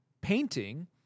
painting